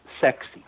sexy